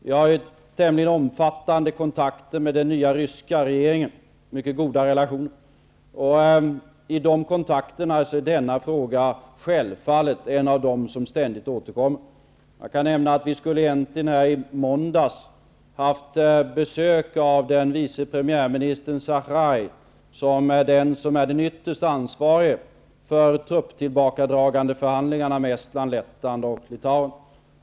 Vi har tämligen omfattande kontakter med och goda relationer till den nya ryska regeringen, och i de kontakterna är denna fråga självfallet en av dem som ständigt återkommer. Jag kan nämna att vi i måndags skulle ha haft besök av vice premiärministern Sjachraj, som är den ytterst ansvarige för trupptillbakadragandeför handlingarna med Estland, Lettland och Litauen.